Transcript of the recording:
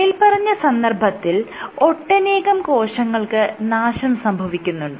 മേല്പറഞ്ഞ സന്ദർഭത്തിൽ ഒട്ടനേകം കോശങ്ങൾക്ക് നാശം സംഭവിക്കുന്നുണ്ട്